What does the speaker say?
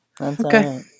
Okay